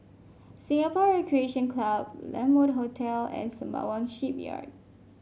Singapore Recreation Club La Mode Hotel and Sembawang Shipyard